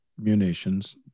munitions